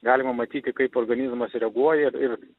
galima matyti kaip organizmas reaguoja ir